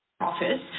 Office